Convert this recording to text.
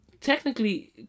technically